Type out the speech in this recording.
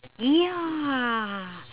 ya